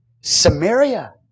Samaria